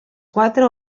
quatre